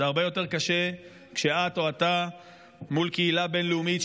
זה הרבה יותר קשה כשאת או אתה מול קהילה בין-לאומית,